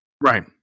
Right